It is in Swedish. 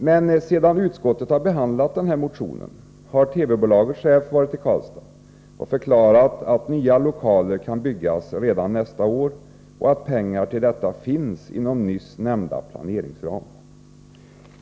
Men sedan utskottet behandlat motionen har TV-bolagets chef varit i Karlstad och förklarat att nya lokaler kan byggas redan nästa år och att pengar till detta finns inom nyss nämnda planeringsram.